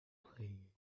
playing